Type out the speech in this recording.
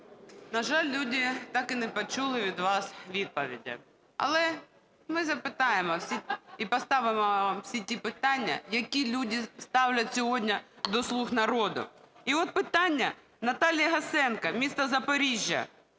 на жаль, люди так і не почули від вас відповіді. Але ми запитаємо всіх і поставимо вам усі ті питання, які люди ставлять сьогодні до "слуг народу". І от питання Наталі Гасенко, місто Запоріжжя: